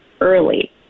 early